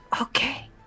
Okay